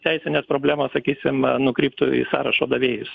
teisinės problemos sakysim nukryptų į sąrašo davėjus